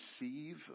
receive